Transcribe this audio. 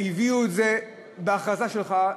והביאו את זה בהכרזה שלך,